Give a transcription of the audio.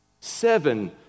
Seven